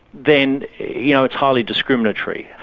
then you know it's highly discriminatory.